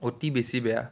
অতি বেছি বেয়া